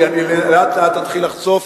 כי אני לאט-לאט אתחיל לחשוף.